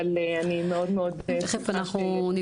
אבל אני מאוד מאוד שמחה שיש לי את האפשרות -- תיכף אנחנו נבדוק,